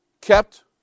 kept